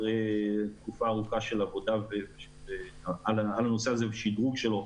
אחרי תקופה ארוכה של עבודה בנושא הזה ושדרוג שלו,